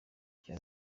cya